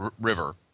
River